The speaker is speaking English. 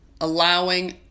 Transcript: allowing